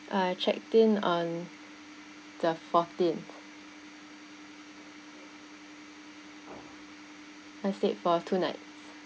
I checked in on the fourteen I stayed for two nights